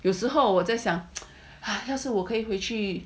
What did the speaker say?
有时候我在想要是我可以回去